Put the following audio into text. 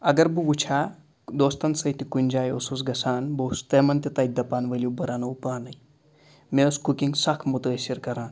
اگر بہٕ وُچھہِ ہا دوستَن سۭتۍ تہِ کُنہِ جایہِ اوٗسُس گژھان بہٕ اوٗسُس تِمَن تہِ تَتہِ دَپان ؤلِو بہٕ رَنو پانَے مےٚ ٲس کُکِنٛگ سَکھ مُتٲثر کَران